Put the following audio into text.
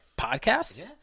podcast